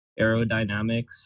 aerodynamics